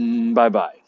Bye-bye